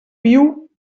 viu